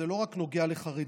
זה לא נוגע רק לחרדים,